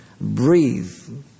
breathe